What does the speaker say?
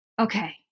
Okay